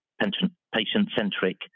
patient-centric